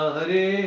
Hare